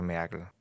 Merkel